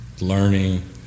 learning